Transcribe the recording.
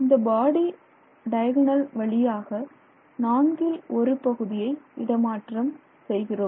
இந்த பாடி மூலைவிட்டத்தின் வழியாக நான்கில் ஒரு பகுதியை இடமாற்றம் செய்கிறோம்